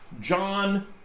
John